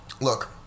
look